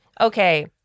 okay